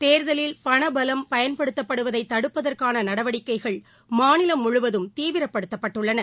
தேர்தலில் பணபலம் பயன்படுத்தப்படுவதை தடுப்பதற்கான நடவடிக்கைகள் மாநிலம் முழுவதும் தீவிரப்படுத்தப்பட்டுள்ளன